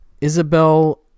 Isabel